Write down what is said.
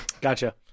Gotcha